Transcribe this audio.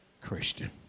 Christian